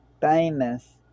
famous